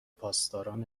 پاسداران